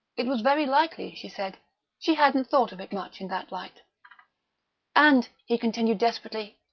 it was very likely, she said she hadn't thought of it much in that light and, he continued desperately,